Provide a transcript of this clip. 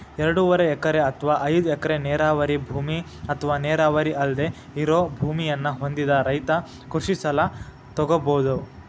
ಎರಡೂವರೆ ಎಕರೆ ಅತ್ವಾ ಐದ್ ಎಕರೆ ನೇರಾವರಿ ಭೂಮಿ ಅತ್ವಾ ನೇರಾವರಿ ಅಲ್ದೆ ಇರೋ ಭೂಮಿಯನ್ನ ಹೊಂದಿದ ರೈತ ಕೃಷಿ ಸಲ ತೊಗೋಬೋದು